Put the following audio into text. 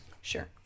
Sure